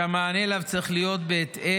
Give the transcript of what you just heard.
והמענה עליו צריך להיות בהתאם,